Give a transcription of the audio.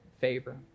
favor